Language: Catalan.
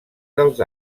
dels